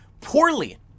poorly